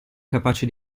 capaci